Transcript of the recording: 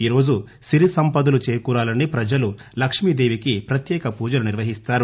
ఈరోజు సిరిసంపదలు చేకూరాలని ప్రజలు లక్ష్మీ దేవికి ప్రత్యేక పూజలు నిర్వహిస్తారు